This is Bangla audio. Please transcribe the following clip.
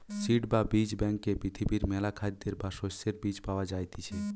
সিড বা বীজ ব্যাংকে পৃথিবীর মেলা খাদ্যের বা শস্যের বীজ পায়া যাইতিছে